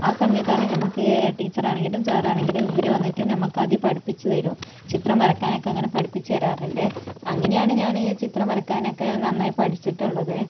ആ സമയത്താണ് ഞമ്മക്ക് ടീച്ചറാണെങ്കിലും സാറാണെങ്കിലും ഇവര് വന്നിട്ട് നമുക്ക് ആദ്യം പഠിപ്പിച്ചു തരും ചിത്രം വരക്കാനൊക്കെ അങ്ങനെ പഠിപ്പിച്ചു തരാറുണ്ട് അങ്ങനെയാണ് ഞാന് ചിത്രം വരക്കാനൊക്കെ നന്നായി പഠിച്ചിട്ടുള്ളത്